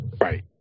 Right